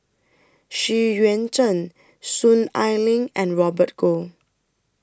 Xu Yuan Zhen Soon Ai Ling and Robert Goh